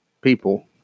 people